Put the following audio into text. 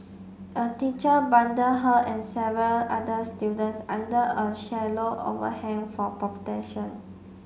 a teacher bundled her and several other students under a shallow overhang for